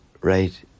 right